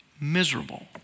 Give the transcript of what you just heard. miserable